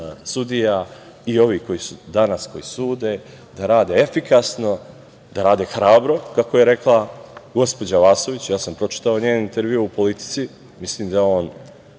koji danas sude da rade efikasno, da rade hrabro, kako je rekla gospođa Vasović, ja sam pročitao njen intervju u „Politici“ mislim da je